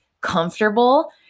comfortable